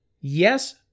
Yes